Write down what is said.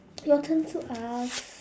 your turn to ask